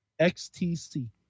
XTC